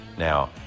Now